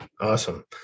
Awesome